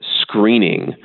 screening